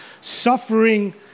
suffering